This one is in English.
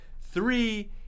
Three